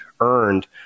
earned